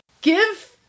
give